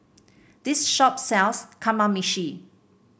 this shop sells Kamameshi